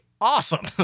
Awesome